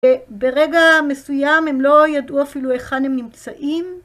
ברגע מסוים הם לא ידעו אפילו היכן הם נמצאים